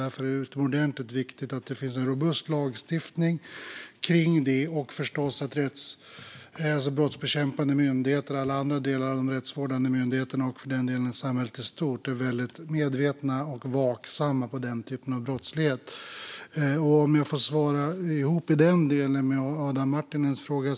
Därför är det utomordentligt viktigt att det finns en robust lagstiftning kring sådant och att man i brottsbekämpande myndigheter, i alla andra delar av de rättsvårdande myndigheterna och för den delen i samhället i stort är väldigt medveten och vaksam när det gäller den typen av brottslighet. Låt mig här också ta upp Adam Marttinens fråga.